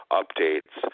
updates